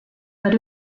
but